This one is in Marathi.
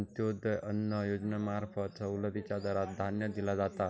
अंत्योदय अन्न योजनेंमार्फत सवलतीच्या दरात धान्य दिला जाता